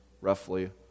roughly